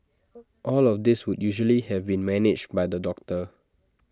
all of this would usually have been managed by the doctor